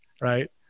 Right